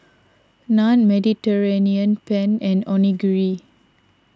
Naan Mediterranean Penne and Onigiri